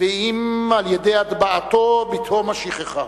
ואם על-ידי הטבעתו בתהום השכחה.